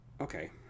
okay